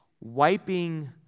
wiping